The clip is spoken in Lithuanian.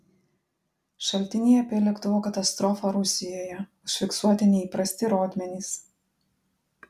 šaltiniai apie lėktuvo katastrofą rusijoje užfiksuoti neįprasti rodmenys